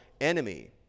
enemy